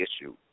issue